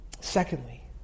Secondly